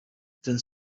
then